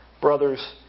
brothers